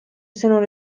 sõnul